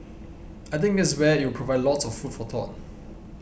I think that's where it will provide lots of food for thought